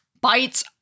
bites